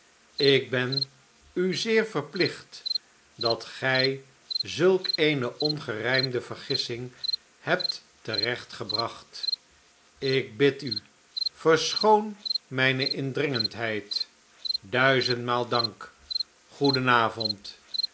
ik ben u zeer verplicht dat gij zulk eene ongerijmde vergissing hebt terecht gebracht ik bid u verschoon mijne indringendheid duizendmaal dank